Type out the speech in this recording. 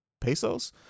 Pesos